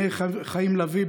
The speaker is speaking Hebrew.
מאיר חיים לביא,